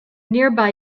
nearby